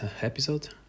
episode